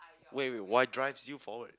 wait wait what drive you forward